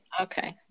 Okay